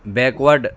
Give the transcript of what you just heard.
backward